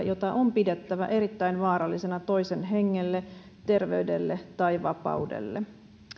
jota on pidettävä erittäin vaarallisena toisen hengelle terveydelle tai vapaudelle